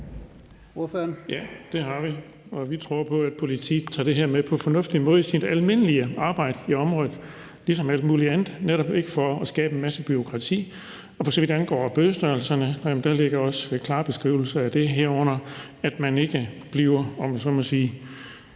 (V): Ja, det har vi. Og vi tror på, at politiet tager det her med på en fornuftig måde i deres almindelige arbejde i området ligesom alt muligt andet, for netop ikke at skabe en masse bureaukrati. Og for så vidt angår bødestørrelserne, ligger der også klare beskrivelser af det, herunder at man ikke bliver, om jeg så må sige,